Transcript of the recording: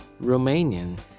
Romanian